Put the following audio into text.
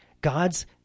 God's